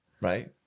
Right